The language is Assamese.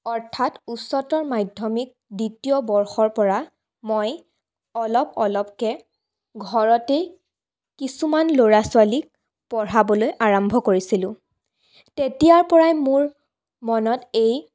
অৰ্থাৎ উচ্চতৰ মাধ্য়মিক দ্বিতীয় বৰ্ষৰপৰা মই অলপ অলপকৈ ঘৰতেই কিছুমান ল'ৰা ছোৱালীক পঢ়াবলৈ আৰম্ভ কৰিছিলোঁ তেতিয়াৰপৰাই মোৰ মনত এই